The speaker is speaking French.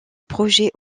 projet